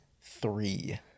three